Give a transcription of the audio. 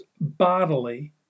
bodily